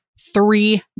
three